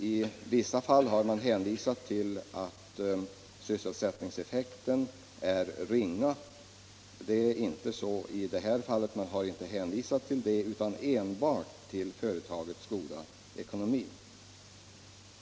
I vissa fall har man hänvisat till att sysselsättningseffekten är ringa. I detta fall har man emellertid inte hänvisat till det utan enbart till företagets goda ekonomi.